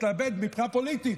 אתאבד מהבחינה הפוליטית.